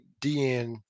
DN